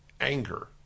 anger